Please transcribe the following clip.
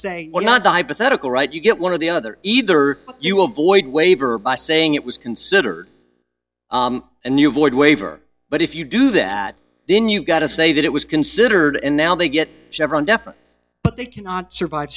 say well not the hypothetical right you get one of the other either you avoid waiver by saying it was considered a new void waiver but if you do that then you've got to say that it was considered and now they get chevron deference but they cannot survive